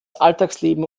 alltagsleben